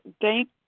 thank